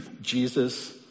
Jesus